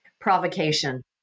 Provocation